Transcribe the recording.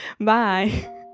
Bye